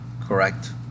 correct